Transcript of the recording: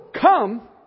come